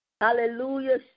Hallelujah